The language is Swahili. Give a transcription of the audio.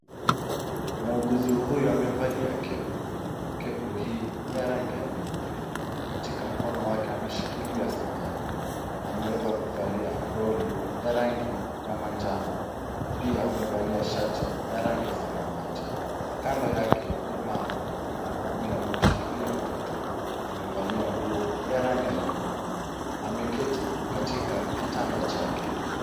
Muuguzi huyu amevalia kepu. Kepu hii ni ya rangi ya nyeupe. Katika mkono wake ameshikilia sindano. Ameweza kuvalia aproni ya rangi ya manjano. Pia amevalia shati ya rangi ya samawati. Kando yake ni mama. Mama huyu ameshikilia mtoto. Amevalia nguo ya rangi ya nyekundu. Ameketi katika kitanda chake.